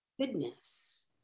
goodness